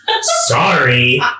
Sorry